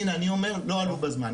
הנה, אני אומר, לא עלו בזמן.